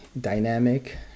dynamic